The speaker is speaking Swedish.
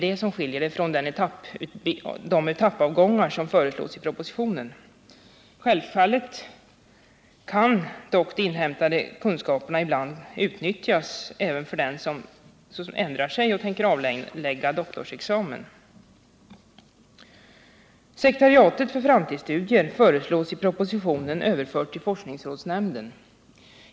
Detta skiljer från de etappavgångar som föreslås i propositionen. Självfallet kan dock de inhämtade kunskaperna ibland utnyttjas även av den som önskar avlägga doktorsexamen. Sekretariatet för framtidsstudier föreslås i propositionen överfört till forskningsrådsnämnden.